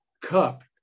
cup